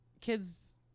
kids